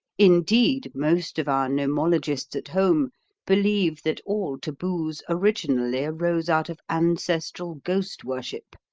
indeed, most of our nomologists at home believe that all taboos originally arose out of ancestral ghost-worship,